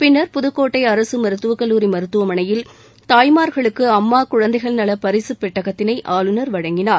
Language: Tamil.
பின்னர் புதுக்கோட்டை அரசு மருத்துவக்கல்லூரி மருத்துவமனையில் தாய்மார்களுக்கு அம்மா குழந்தைகள் நல பரிசுப்பெட்டகத்தினை ஆளுநர் வழங்கினார்